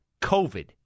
covid